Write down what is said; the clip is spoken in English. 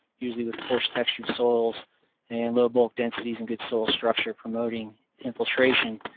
usually with coarse textured soils and low bulk densities and good soil structure promoting infiltration,